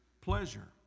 pleasure